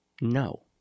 No